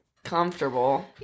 comfortable